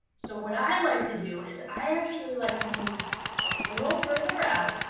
so what i like to do is i actually like to move a little further out.